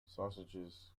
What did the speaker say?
sausages